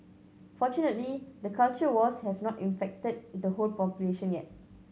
fortunately the culture wars have not infected the whole population yet